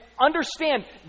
understand